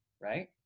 Right